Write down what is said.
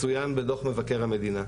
מצוין בדוח מבקר המדינה.